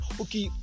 okay